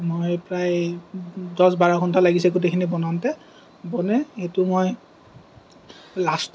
মই প্ৰায় দহ বাৰ ঘন্টা লাগিছে গোটেইখিনি বনাওঁতে বনে সেইটো মই